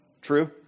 True